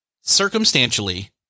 Circumstantially